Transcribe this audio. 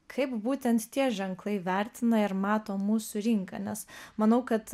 kaip būtent tie ženklai vertina ir mato mūsų rinką nes manau kad